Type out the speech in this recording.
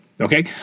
okay